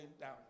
down